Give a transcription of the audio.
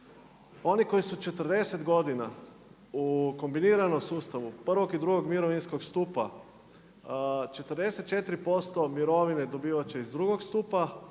oni koji su 40 godina u kombiniranom sustavu 1. i 2. mirovinskog stupa 44% mirovine dobivati će iz drugog stupa,